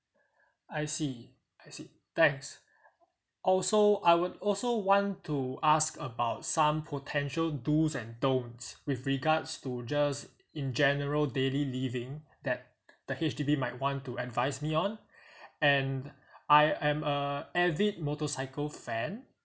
I see I see thanks also I would also want to ask about some potential dos and don't with regards to just in general daily living that the H_D_B might want to advise me on and I am a avid motorcycle fan